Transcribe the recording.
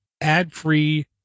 ad-free